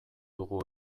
dugu